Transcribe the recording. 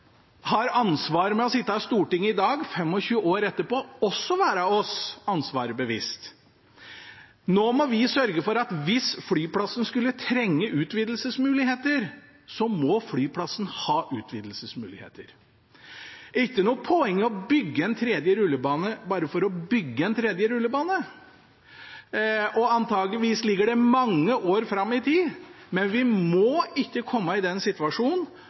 hadde ansvar, å få på plass dette vedtaket etter lang tids vanskelig debatt. Da må vi som har det ansvaret å sitte på Stortinget i dag, 25 år etterpå, også være oss ansvaret bevisst. Nå må vi sørge for at hvis flyplassen skulle trenge utvidelsesmuligheter, må flyplassen ha utvidelsesmuligheter. Det er ikke noe poeng i å bygge en tredje rullebane bare for å bygge en tredje rullebane. Antakeligvis ligger det mange år fram i tid,